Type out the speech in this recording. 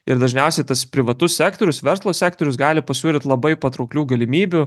ir dažniausiai tas privatus sektorius verslo sektorius gali pasiūlyt labai patrauklių galimybių